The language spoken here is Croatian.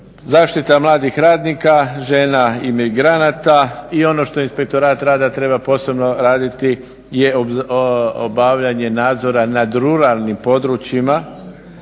Zaštita mladih radnika, žena i migranata i ono što inspektorat rada treba posebno raditi je obavljanje nadzora nad ruralnim područjima